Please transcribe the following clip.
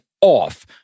off